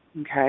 okay